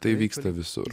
tai vyksta visur